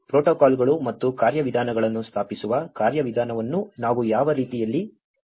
ಪ್ರೋಟೋಕಾಲ್ಗಳು ಮತ್ತು ಕಾರ್ಯವಿಧಾನಗಳನ್ನು ಸ್ಥಾಪಿಸುವ ಕಾರ್ಯವಿಧಾನವನ್ನು ನಾವು ಯಾವ ರೀತಿಯಲ್ಲಿ ಮಾಡಬೇಕು